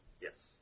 Yes